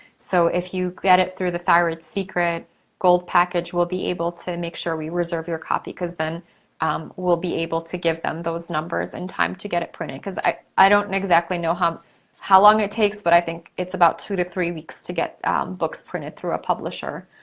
so, if you get it through the thyroid secret gold package, we'll be able to make sure we reserve your copy cause then um we'll be able to give them those numbers in time to get it printed. i i don't exactly know how how long it takes, but i think it's about two to three weeks to get books printed through a publisher.